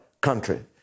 country